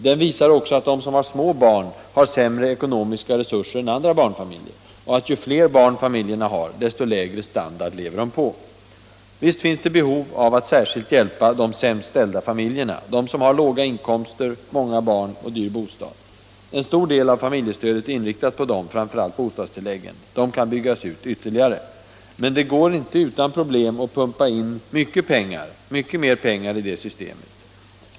Den visar också att de som har små barn har sämre ekonomiska resurser än andra barnfamiljer, och att ju fler barn familjerna har, desto lägre standard lever de på. Visst finns det behov av att särskilt hjälpa de sämst ställda familjerna —- de som har låga inkomster, många barn och dyr bostad. En stor del av familjestödet är inriktat på dem — framför allt bostadstilläggen. De kan byggas ut ytterligare. Men det går inte utan problem att pumpa in mycket mer pengar i det systemet.